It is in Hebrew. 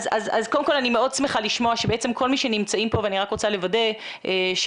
אני מאוד שמחה לשמוע שכל מי שנמצאים כאן - ואני רק רוצה לוודא שאכן